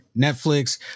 Netflix